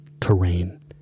terrain